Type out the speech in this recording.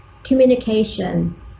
communication